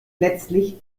letztlich